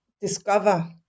discover